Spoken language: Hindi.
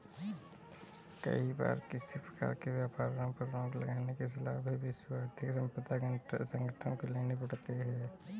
कई बार किसी प्रकार के व्यापारों पर रोक लगाने की सलाह भी विश्व बौद्धिक संपदा संगठन को लेनी पड़ती है